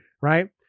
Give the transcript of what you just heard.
right